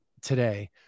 today